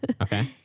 Okay